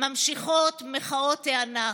ממשיכות מחאות הענק.